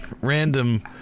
random